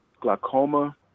glaucoma